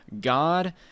God